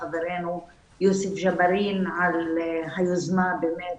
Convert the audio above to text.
חברנו יוסף ג'בארין על היוזמה באמת,